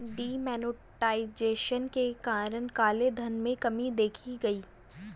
D monetization के कारण काले धन में कमी देखी गई